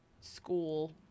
school